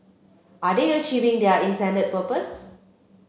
are they achieving their intended purpose